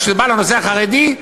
כשזה בא לנושא החרדי,